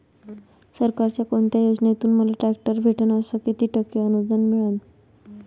सरकारच्या कोनत्या योजनेतून मले ट्रॅक्टर भेटन अस किती टक्के अनुदान मिळन?